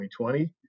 2020